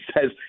says